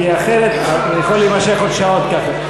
כי אחרת זה יכול להימשך עוד שעות ככה.